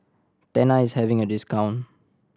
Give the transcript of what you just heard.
Tena is having a discount